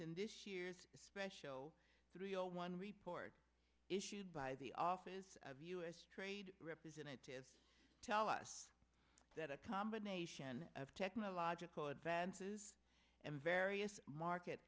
in this year's special three zero one report issued by the office of u s trade representative tell us that a combination of technological advances and various market